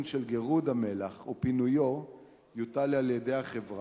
של גירוד המלח ופינויו יוטלו על החברה,